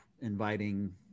inviting